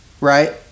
right